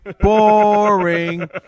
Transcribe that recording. boring